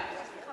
מצביע